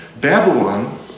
Babylon